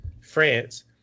France